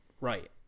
right